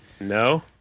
no